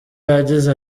yagize